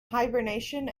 hibernation